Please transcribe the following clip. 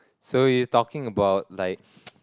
so you talking about like